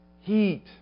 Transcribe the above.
heat